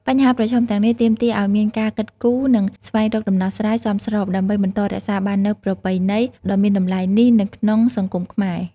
បញ្ហាប្រឈមទាំងនេះទាមទារឱ្យមានការគិតគូរ និងស្វែងរកដំណោះស្រាយសមស្រប ដើម្បីបន្តរក្សាបាននូវប្រពៃណីដ៏មានតម្លៃនេះនៅក្នុងសង្គមខ្មែរ ។